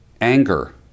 anger